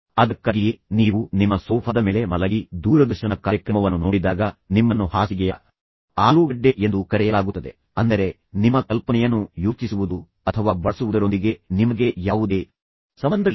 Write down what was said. ಅದಕ್ಕಾಗಿಯೇ ನೀವು ನಿಮ್ಮ ಸೋಫಾದ ಮೇಲೆ ಮಲಗಿ ದೂರದರ್ಶನ ಕಾರ್ಯಕ್ರಮವನ್ನು ನೋಡಿದಾಗ ನಿಮ್ಮನ್ನು ಹಾಸಿಗೆಯ ಆಲೂಗಡ್ಡೆ ಎಂದು ಕರೆಯಲಾಗುತ್ತದೆ ಅಂದರೆ ನಿಮ್ಮ ಕಲ್ಪನೆಯನ್ನು ಯೋಚಿಸುವುದು ಅಥವಾ ಬಳಸುವುದರೊಂದಿಗೆ ನಿಮಗೆ ಯಾವುದೇ ಸಂಬಂಧವಿಲ್ಲ